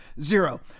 Zero